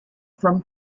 from